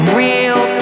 real